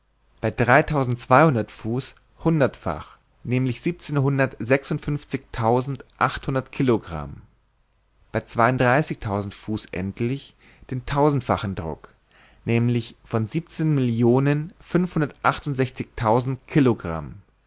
bei dreitausendzweihundert fuß hundertfach nämlich siebenzehnhundertsechsundfünfzigtausendachthundert kilogramm bei zweiunddreißigtausend fuß endlich den tausendfachen druck nämlich von siebenzehn millionen